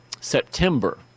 September